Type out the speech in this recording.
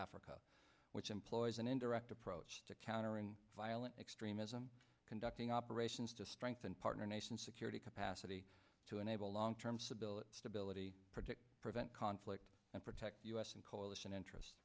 africa which employs an indirect approach to countering violent extremism conducting operations to strengthen partner nation security capacity to enable long term stability stability predict prevent conflict and protect u s and coalition interest